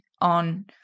on